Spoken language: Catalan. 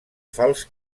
fals